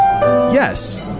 Yes